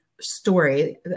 story